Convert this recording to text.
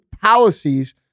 policies